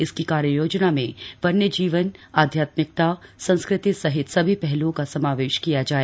इसकी कार्ययोजना में वन्यजीवन आध्यात्मिकता संस्कृति सहित सभी पहल्ओं का समावेश किया जाए